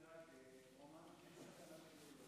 העולם ואנשים מתבלבלים.